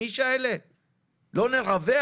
לא נרווח?